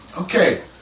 Okay